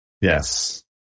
Yes